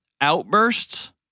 outbursts